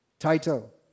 Title